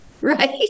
right